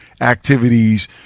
activities